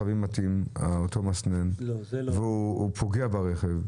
שאותו מסנן לא מתאים לכל הרכבים והוא פוגע ברכב.